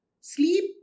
Sleep